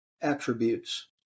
attributes